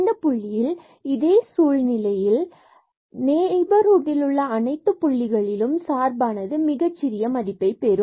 இந்த புள்ளியில் இதே சூழ்நிலை ஏற்படுவதால் நெய்பர்ஹுட்டிலுள்ள அனைத்துப் புள்ளிகளிலும் சார்பானது மிகச்சிறிய மதிப்புகளை பெறும்